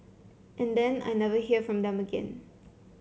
and then I never hear from them again